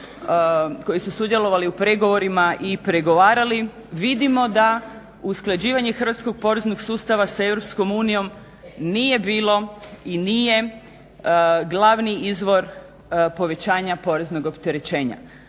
koji su sudjelovali u pregovorima i pregovarali, vidimo da usklađivanje hrvatskog poreznog sustava sa Europskom unijom nije bilo i nije glavni izvor povećanja poreznog opterećenja.